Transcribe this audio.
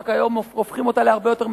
רק היום הופכים אותה להרבה יותר מסורבלת.